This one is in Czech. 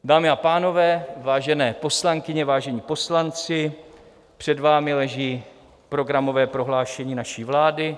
Dámy a pánové, vážené poslankyně, vážení poslanci, před vámi leží programové prohlášení naší vlády.